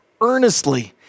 earnestly